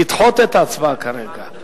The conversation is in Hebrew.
לדחות את ההצבעה כרגע,